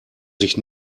sich